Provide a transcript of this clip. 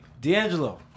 D'Angelo